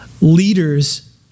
leaders